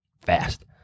fast